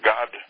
God